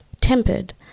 tempered